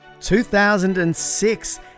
2006